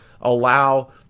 allow